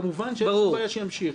כמובן שאין שום בעיה שימשיך.